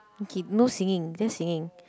okay no singing just singing